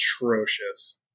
atrocious